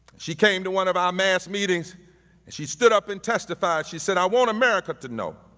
she came to one of our mass meetings and she stood up and testified. she said, i want america to know